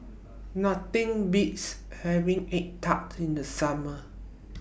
Nothing Beats having Egg Tart in The Summer